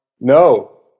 No